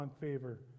favor